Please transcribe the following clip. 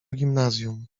gimnazjum